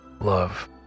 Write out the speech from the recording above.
love